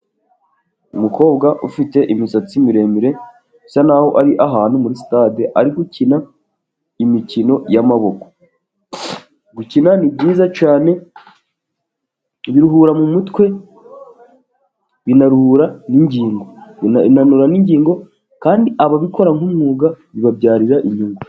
Umukobwa ufite imisatsi miremire bisa naho ari ahantu muri stade, ari gukina imikino y'amaboko. gukina ni byiza cyane biruhura mu mutwe binaruhura n'ingingo, binanura n'ingingo kandi ababikora nk'umwuga bibabyarira inyungu.